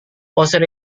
konser